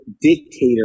dictator